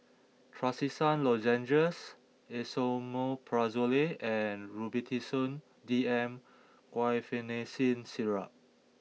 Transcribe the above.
Trachisan Lozenges Esomeprazole and Robitussin DM Guaiphenesin Syrup